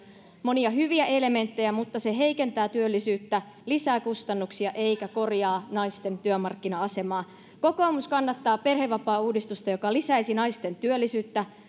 monia hyviä elementtejä mutta sen sijaan se heikentää työllisyyttä lisää kustannuksia eikä korjaa naisten työmarkkina asemaa kokoomus kannattaa perhevapaauudistusta joka lisäisi naisten työllisyyttä